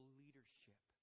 leadership